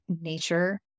nature